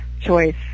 choice